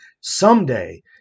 Someday